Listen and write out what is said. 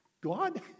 God